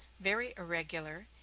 very irregular,